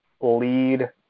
lead